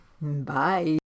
Bye